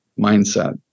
mindset